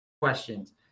questions